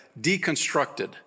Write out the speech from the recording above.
deconstructed